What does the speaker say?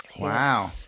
Wow